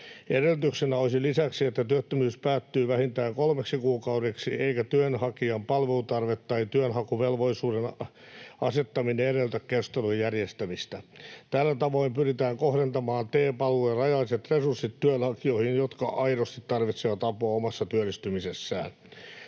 Edellytyksenä olisi lisäksi, että työttömyys päättyy vähintään kolmeksi kuukaudeksi eikä työnhakijan palvelutarve tai työnhakuvelvollisuuden asettaminen edellytä keskustelujen järjestämistä. Tällä tavoin pyritään kohdentamaan TE-palvelujen rajalliset resurssit työnhakijoihin, jotka aidosti tarvitsevat apua omassa työllistymisessään.